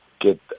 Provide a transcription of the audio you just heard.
get